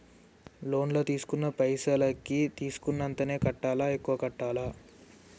Loan లా తీస్కున్న పైసల్ కి తీస్కున్నంతనే కట్టాలా? ఎక్కువ కట్టాలా?